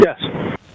Yes